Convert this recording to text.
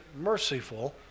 merciful